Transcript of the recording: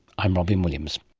i'm robyn williams